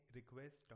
request